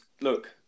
look